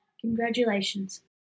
Congratulations